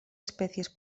especies